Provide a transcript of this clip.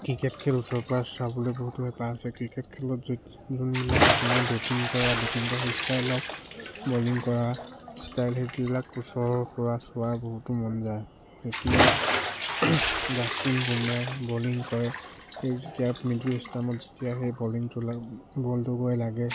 cricket খেল ওচৰৰ পৰা চাবলে বহুতো হেঁপাহ আছে ক্ৰিকেট খেলত যোনবিলাক আপোনাৰ বেটিং কৰা বেটিং কৰা ষ্টিষ্টাইল হওক বলিং কৰা ষ্টাইল সেইবিলাক ওচৰৰ পৰা চোৱা বহুতো মন যায় যেতিয়া জাষ্টিন বুমৰাই বলিং কৰে সেই যেতিয়া মিডুল ষ্টেমত যেতিয়া সেই বলিংটো বলটো গৈ লাগে